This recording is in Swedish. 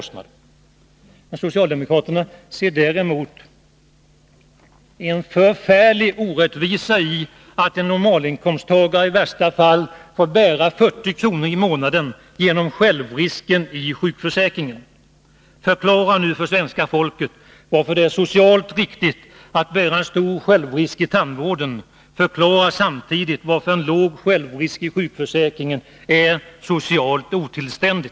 Socialdemokraterna ser däremot en förfärlig orättvisa i att en normalinkomsttagare i värsta fall får svara för 40 kr. i månaden genom självrisken i sjukförsäkringen. Förklara nu för svenska folket varför det är socialt riktigt att bära en stor självrisk i tandvården och förklara samtidigt varför en låg självrisk i sjukförsäkringen är socialt otillständig!